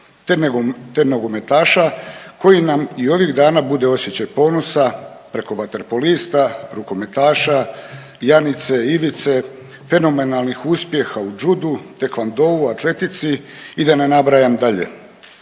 te nogometaša koji nam i ovih dana bude osjećaj ponosa preko vaterpolista, rukometaša, Janice, Ivice, fenomenalnih uspjeha u džudu, taekwondo-u, atletici i da ne nabrajam dalje.